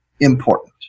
important